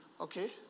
Okay